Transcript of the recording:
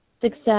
success